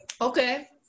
Okay